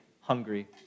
hungry